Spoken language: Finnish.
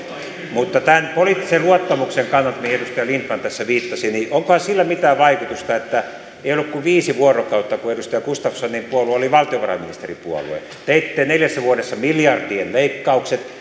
mutta tämän poliittisen luottamuksen kannalta mihin edustaja lindtman tässä viittasi onkohan sillä mitään vaikutusta että ei ollut kuin viisi vuorokautta kun edustaja gustafssonin puolue oli valtiovarainministeripuolue ja teitte neljässä vuodessa miljardien leikkaukset